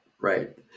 Right